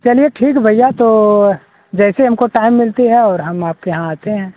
चलिए ठीक है भैया तो जैसे ही हमको टाइम मिलता है और हम आपके यहाँ आते हैं